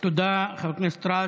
תודה, חבר הכנסת רז.